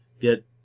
get